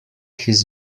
his